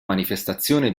manifestazione